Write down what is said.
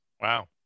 Wow